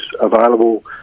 available